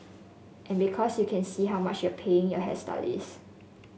and because you can see how much you're paying your hairstylist